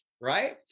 right